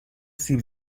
سیب